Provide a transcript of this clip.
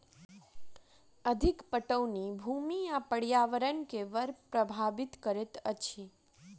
अधिक पटौनी भूमि आ पर्यावरण के बड़ प्रभावित करैत अछि